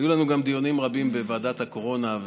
היו לנו גם דיונים רבים בוועדת הקורונה,